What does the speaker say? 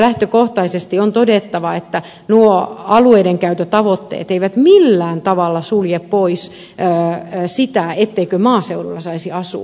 lähtökohtaisesti on todettava että nuo alueidenkäyttötavoitteet eivät millään tavalla sulje pois sitä ettei maaseudulla saisi asua